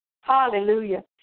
Hallelujah